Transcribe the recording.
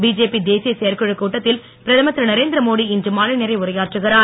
BJP தேசிய செயற்குழ கூட்டத்தில் பிரதமர் திரு நரேந்திரமோடி இன்று மாலை நிறைவுரையாற்றுகிறார்